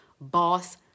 boss